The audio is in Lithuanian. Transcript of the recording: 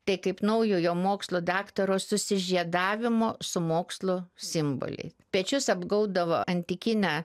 tai kaip naujojo mokslo daktaro susižiedavimo su mokslu simbolį pečius apgaubdavo antikinę